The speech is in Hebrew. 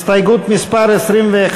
הסתייגות מס' 21 לסעיף 4, מי